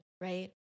right